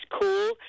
cool